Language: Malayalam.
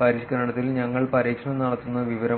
പരിഷ്ക്കരണത്തിൽ ഞങ്ങൾ പരീക്ഷണം നടത്തുന്ന വിവരമാണിത്